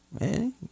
Man